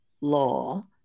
law